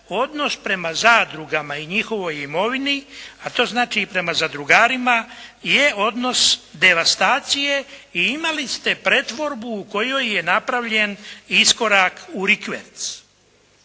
odnos prema zadrugama i njihovoj imovini, a to znači i prema zadrugarima je odnos devastacije i imali ste pretvorbu u kojoj je napravljen iskorak u rikverc.